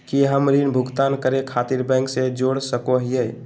की हम ऋण भुगतान करे खातिर बैंक से जोड़ सको हियै?